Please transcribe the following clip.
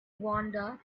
wander